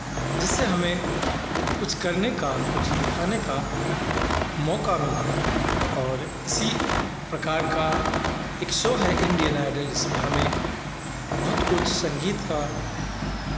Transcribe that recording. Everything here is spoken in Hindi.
जिससे हमें कुछ करने का कुछ दिखाने का मौका मिलता है और इसी प्रकार का एक शो है इंडियन आइडल जिसमें हमें बहुत कुछ संगीत का